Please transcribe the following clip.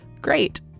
great